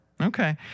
Okay